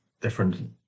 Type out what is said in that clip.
different